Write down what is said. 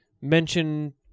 mention